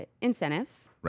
incentives